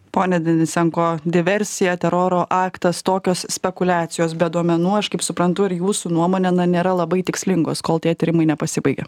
pone denisenko diversija teroro aktas tokios spekuliacijos be duomenų aš kaip suprantu ir jūsų nuomone na nėra labai tikslingos kol tie tyrimai nepasibaigė